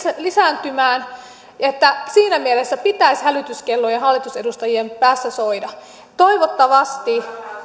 lisääntymään siinä mielessä pitäisi hälytyskellojen hallitusedustajien päässä soida toivottavasti